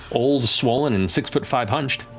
old, swollen and six-foot-five, hunched.